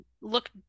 look